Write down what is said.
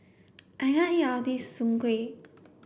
I can't eat of this Soon Kway